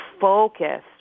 focus